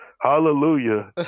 hallelujah